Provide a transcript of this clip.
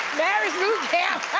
marriage boot camp,